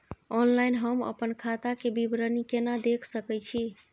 Online हम अपन खाता के विवरणी केना देख सकै छी?